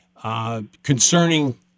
concerning